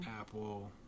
apple